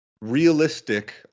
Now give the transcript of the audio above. realistic